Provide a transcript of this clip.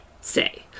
say